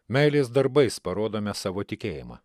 meilės darbais parodome savo tikėjimą